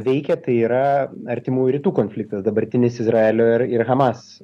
veikia tai yra artimųjų rytų konfliktas dabartinis izraelio ir ir hamas